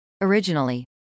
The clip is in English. Originally